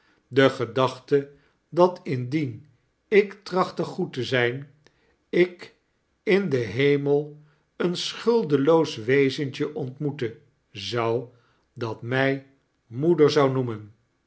de gedachte dat indien ik tractate goed te zijn ik in den hemel een schuldeloos wezentje ontmoeten zou dat mij moeder zou noemen